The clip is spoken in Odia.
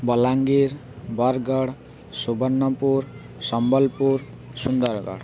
ବଲାଙ୍ଗୀର ବରଗଡ଼ ସୁବର୍ଣ୍ଣପୁର ସମ୍ବଲପୁର ସୁନ୍ଦରଗଡ଼